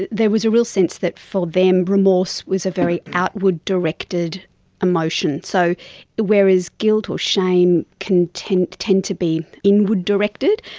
there was a real sense that for them remorse was a very outward directed emotion, so whereas guilt or shame can tend tend to be inward directed.